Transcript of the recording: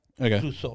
Okay